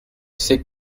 c’est